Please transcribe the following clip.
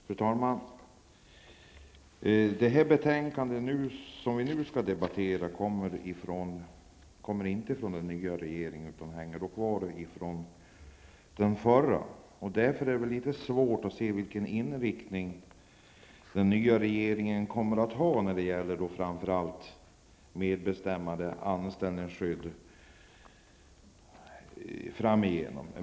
Fru talman! De betänkanden som vi nu skall debattera är inte föranledda av propositioner från den nya regeringen utan av propositioner från den gamla regeringen. Därför är det svårt att se vilken inriktning den nya regeringen kommer att ha när det gäller framför allt medbestämmande och anställningsskydd framöver.